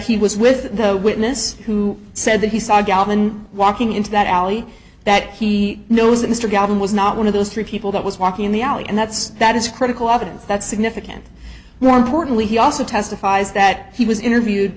he was with the witness who said that he saw galban walking into that alley that he knows that mr gavin was not one of those three people that was walking in the alley and that's that is critical evidence that's significant more importantly he also testifies that he was interviewed